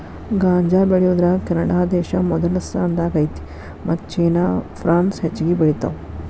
ಗಾಂಜಾ ಬೆಳಿಯುದರಾಗ ಕೆನಡಾದೇಶಾ ಮೊದಲ ಸ್ಥಾನದಾಗ ಐತಿ ಮತ್ತ ಚೇನಾ ಪ್ರಾನ್ಸ್ ಹೆಚಗಿ ಬೆಳಿತಾವ